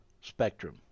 spectrum